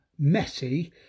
Messi